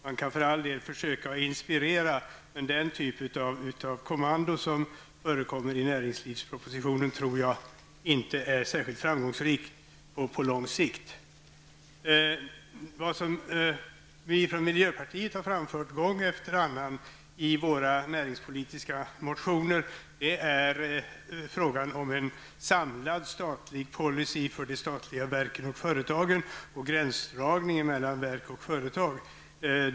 Man kan för all del försöka att inspirera, men den typ av kommando som förekommer i näringslivspropositionen tror jag inte är särskilt framgångsrik på lång sikt. Vi från miljöpartiet har gång efter annan i våra näringspolitiska motioner tagit upp frågan om en samlad statlig policy för de statliga verken och företagen samt för gränsdragningen mellan verk och företag.